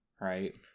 Right